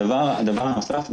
הדבר הנוסף,